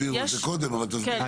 הסבירו את זה קודם, אבל תסבירי שוב.